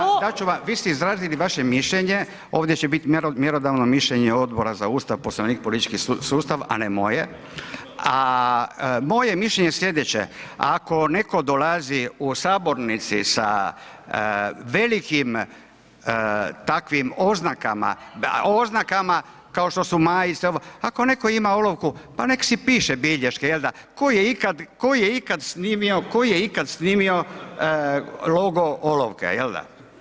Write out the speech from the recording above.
Ako budu, dati ću vam, vi ste izrazili vaše mišljenje, ovdje će biti mjerodavno mišljenje Odbora za Ustav, Poslovnik i politički sustav, a ne moje, a moje mišljenje je slijedeće ako netko dolazi u sabornici sa velikim takvim oznakama, oznakama kao što su majce, ako neko ima olovku pa nek si piše bilješke jel da, tko ikad snimio, tko je ikad snimio logo olovke jel da.